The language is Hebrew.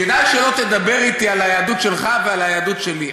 כדאי שלא תדבר איתי על היהדות שלך ועל היהדות שלי.